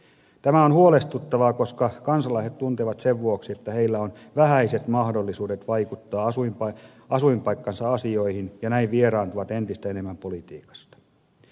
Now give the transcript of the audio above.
tämä on huolestuttavaa koska kansalaiset tuntevat sen vuoksi että heillä on vähäiset mahdollisuudet vaikuttaa asuinpaikkansa asioihin ja näin vieraantuvat entistä enemmän politiikasta